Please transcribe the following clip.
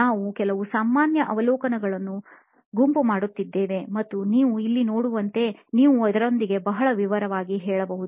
ನಾವು ಕೆಲವು ಸಾಮಾನ್ಯ ಅವಲೋಕನಗಳನ್ನು ಗುಂಪು ಮಾಡುತ್ತಿದ್ದೇವೆ ಮತ್ತು ನೀವು ಇಲ್ಲಿ ನೋಡುವಂತೆ ನೀವು ಇದರೊಂದಿಗೆ ಬಹಳ ವಿವರವಾಗಿ ಹೇಳಬಹುದು